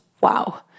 wow